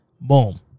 Boom